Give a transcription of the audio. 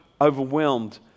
overwhelmed